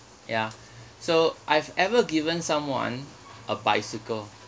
ya so I've ever given someone a bicycle